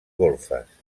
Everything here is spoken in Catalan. golfes